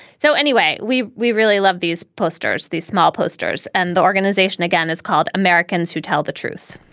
so anyway, we we really love these posters, these small posters. and the organization, again, is called americans who tell the truth.